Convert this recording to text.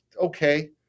okay